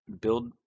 build